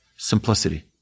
simplicity